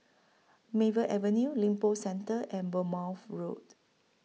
Maple Avenue Lippo Centre and Bournemouth Road